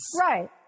Right